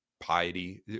piety